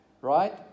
right